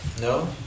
No